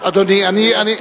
שהוא יסכים,